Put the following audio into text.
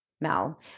Mel